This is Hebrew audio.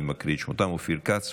אני מקריא את שמותיהם: אופיר כץ,